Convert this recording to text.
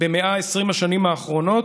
ב-120 השנים האחרונות,